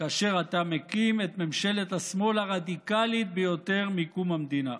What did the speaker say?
כאשר אתה מקים את ממשלת השמאל הרדיקלית ביותר מקום המדינה.